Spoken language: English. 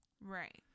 Right